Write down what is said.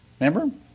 Remember